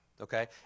okay